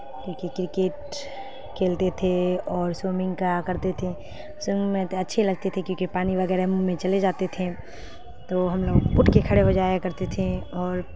کیونکہ کرکٹ کھیلتے تھے اور سوئمنگ کرا کرتے تھے سوئمنگ میں تو اچھے لگتے تھے کیونکہ پانی وغیرہ منہ میں چلے جاتے تھے تو ہم لوگ اٹھ کے کھڑے ہو جایا کرتے تھے اور